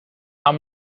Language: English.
i’m